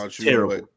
Terrible